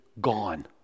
gone